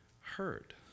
heard